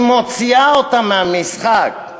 היא מוציאה אותם מהמשחק,